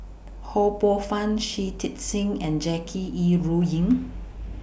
Ho Poh Fun Shui Tit Sing and Jackie Yi Ru Ying